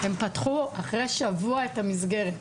הם פתחו אחרי שבוע את המסגרת.